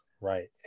right